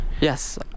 Yes